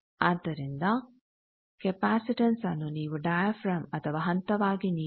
ಆದ್ದರಿಂದ ಕೆಪಾಸಿಟನ್ಸ್ನ್ನು ನೀವು ಡಯಾಫ್ರಾಮ್ ಅಥವಾ ಹಂತವಾಗಿ ನೀಡಬಹುದು